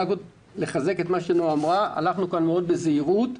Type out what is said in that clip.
רק לחזק את מה שנעה אמרה, הלכנו כאן בזהירות רבה.